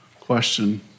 question